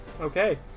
Okay